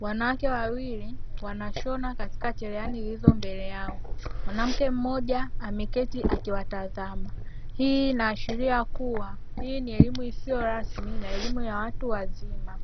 wanawake wawili wanashona katika cherehani zilizo mbele yao, mwanamke mmoja ameketi akiwatazama, hii inaashiria kuwa hii ni elimu isiyo rasmi na elimu ya watu wazima.